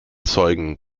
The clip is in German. zeugen